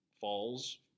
falls